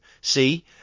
See